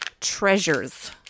Treasures